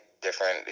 different